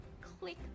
click